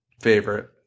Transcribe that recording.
favorite